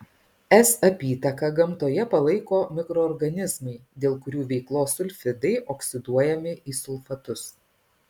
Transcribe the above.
s apytaką gamtoje palaiko mikroorganizmai dėl kurių veiklos sulfidai oksiduojami į sulfatus